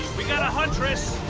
we got a huntress!